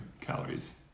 calories